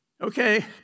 Okay